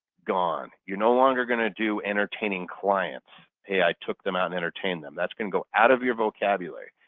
gone. you're no longer going to do entertaining clients. hey i took them out and entertained them. that's going to go out of your vocabulary.